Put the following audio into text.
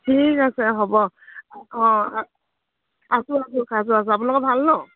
ঠিক আছে হ'ব অঁ আছোঁ আছোঁ আছোঁ আছোঁ আপোনালোকৰ ভাল ন